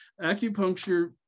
acupuncture